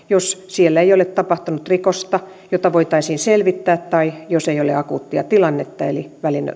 jos siellä ei ole tapahtunut rikosta jota voitaisiin selvittää tai jos ei ole akuuttia tilannetta eli